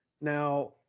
now